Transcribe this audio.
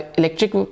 electric